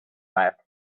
laughed